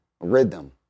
rhythm